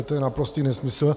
To je naprostý nesmysl.